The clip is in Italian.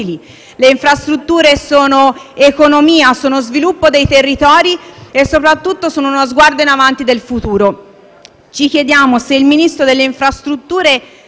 le infrastrutture sono economia, sviluppo dei territori e, soprattutto, uno sguardo in avanti sul futuro. Ci chiediamo se il Ministro delle infrastrutture